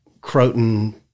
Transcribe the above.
croton